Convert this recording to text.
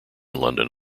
london